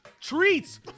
treats